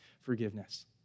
forgiveness